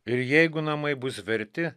ir jeigu namai bus verti